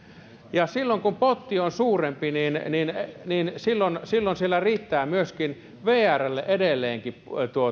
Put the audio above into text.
ja silloin kun potti on suurempi niin niin silloin silloin siellä riittää myöskin vrlle edelleenkin